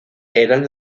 eran